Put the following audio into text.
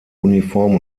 uniform